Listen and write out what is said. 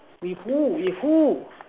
with who with who